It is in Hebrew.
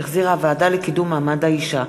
שהחזירה הוועדה לקידום מעמד האישה,